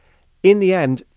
in the end,